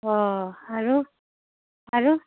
অঁ আৰু আৰু